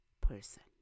person